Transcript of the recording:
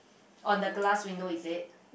on the glass window is it